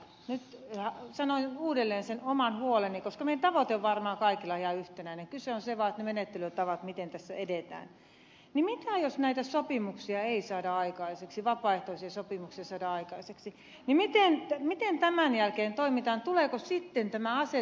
lepältä sanoin uudelleen oman huoleni koska meidän kaikkien tavoite on varmaan ihan yhtenäinen ja kyse on vaan menettelytavoista miten tässä edetään että jos näitä vapaaehtoisia sopimuksia ei saada aikaiseksi miten tämän jälkeen toimitaan tuleeko sitten tämä asetus voimaan